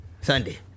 Sunday